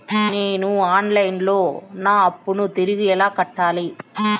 నేను online లో నా అప్పును తిరిగి ఎలా కట్టాలి?